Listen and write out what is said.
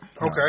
Okay